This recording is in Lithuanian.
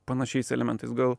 panašiais elementais gal